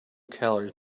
calories